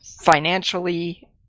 financially